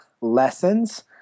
lessons